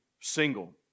single